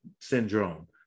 syndrome